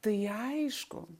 tai aišku